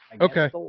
Okay